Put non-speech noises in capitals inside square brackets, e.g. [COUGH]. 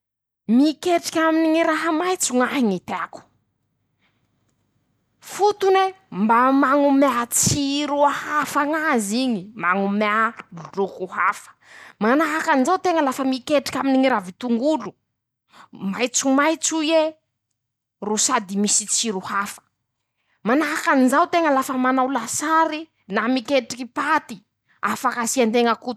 Miketriky aminy ñy raha maitso ñ'ahy ñy teako. fotone mba mañomea tsiro hafa ñ'azy iñy. mañomea [SHUSHES] loko hafa. manahaky anizao teña lafa miketriky aminy ñy ravin-tongolo. maitsomaitso ie ro sady misy tsiro hafa. manahaky anizao teña lafa manao lasary. na miketriky paty afaky asian-teña kotomila.